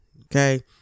Okay